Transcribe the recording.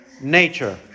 nature